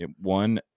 one